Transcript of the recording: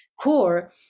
core